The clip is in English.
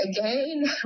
Again